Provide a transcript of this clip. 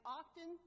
often